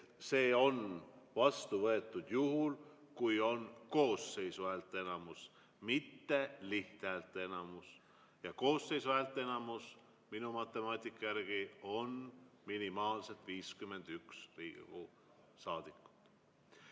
see on vastu võetud juhul, kui on koosseisu häälteenamus, mitte lihthäälteenamus, ja koosseisu häälteenamus minu matemaatika järgi on minimaalselt 51 Riigikogu saadikut.